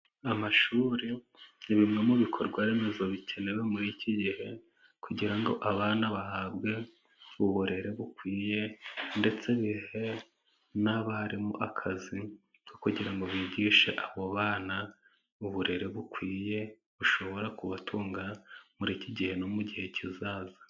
Amashuri ni bimwe mu bikorwa remezo bikenewe muri iki gihe, kugira ngo abana bahabwe uburere bukwiye ,ndetse ihe n'abarimu akazi ko kugira ngo bigishe abo bana uburere bukwiye, bushobora kubatunga muri iki gihe no mu gihe kizaza.